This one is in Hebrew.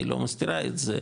היא לא מסתירה את זה,